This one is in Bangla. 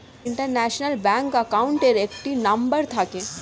ইন্টারন্যাশনাল ব্যাংক অ্যাকাউন্টের একটি নাম্বার থাকে